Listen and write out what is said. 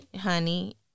honey